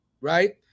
right